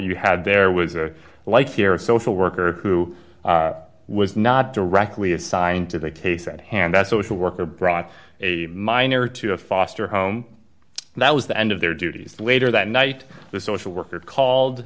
you had there was a life here a social worker who was not directly assigned to the case at hand that social worker brought a minor to a foster home and that was the end of their duties later that night the social worker